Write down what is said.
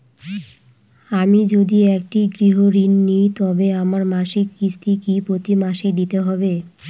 আমি যদি একটি গৃহঋণ নিই তবে আমার মাসিক কিস্তি কি প্রতি মাসে দিতে হবে?